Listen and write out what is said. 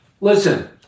Listen